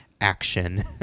action